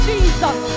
Jesus